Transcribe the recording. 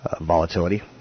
volatility